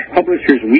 Publishers